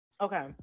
Okay